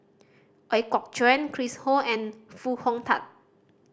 Ooi Kok Chuen Chris Ho and Foo Hong Tatt